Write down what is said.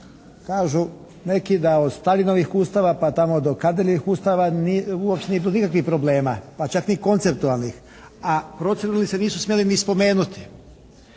kažu neki da od Staljinovih ustanova pa tamo do Kardeljevih ustava uopće nije bilo nikakvih problema pa čak ni konceptualni, a proceduralni se nisu smjeli ni spomenuti.